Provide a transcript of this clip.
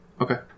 Okay